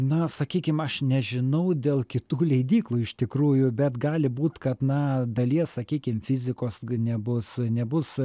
na sakykim aš nežinau dėl kitų leidyklų iš tikrųjų bet gali būt kad na dalies sakykim fizikos nebus nebus